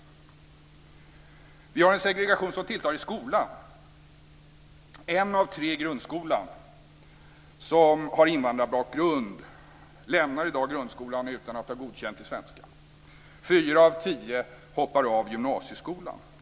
Vi har i skolan en segregation som tilltar. 1 av 3 med invandrarbakgrund i grundskolan lämnar i dag grundskolan utan att ha Godkänd i svenska. 4 av 10 med invandrarbakgrund hoppar av från gymnasieskolan.